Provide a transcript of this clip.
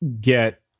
get